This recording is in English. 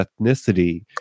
ethnicity